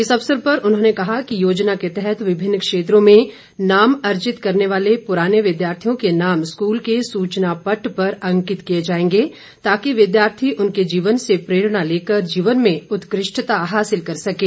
इस अवसर पर उन्होंने कहा कि योजना के तहत विभिन्न क्षेत्रों में नाम अर्जित करने वाले पुराने विद्यार्थियों के नाम स्कूल के सूचना पट पर अंकित किए जाएंगे ताकि विद्यार्थी उनके जीवन से प्रेरणा लेकर जीवन में उत्कृष्टता हासिल कर सकें